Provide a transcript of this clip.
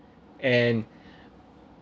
and